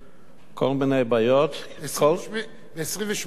כל מיני בעיות, ב-27 באוגוסט.